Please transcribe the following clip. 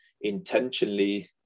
intentionally